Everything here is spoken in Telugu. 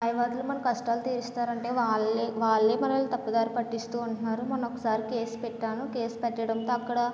న్యాయవాదులు మన కష్టాలు తీరుస్తారంటే వాళ్ళే వాళ్ళే మనల్ని తప్పుదారి పట్టిస్తూ ఉంటున్నారు మొన్న ఒకసారి కేస్ పెట్టాను కేస్ పెట్టడంతో అక్కడ